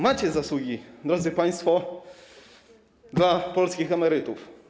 Macie zasługi, drodzy państwo, dla polskich emerytów.